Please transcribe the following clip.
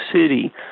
city